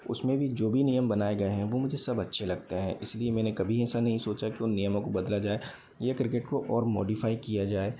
उस में भी जो भी नियम बनाए गए हैं वो मुझे सब अच्छे लगते हैं इसलिए मैंने कभी ऐसा नहीं सोचा कि उन नियमों को बदला जाए या क्रिकेट को और मॉडिफ़ाई किया जाए